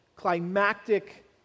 climactic